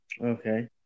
Okay